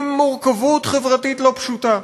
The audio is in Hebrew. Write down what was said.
עם מורכבות חברתית לא פשוטה,